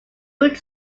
root